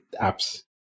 apps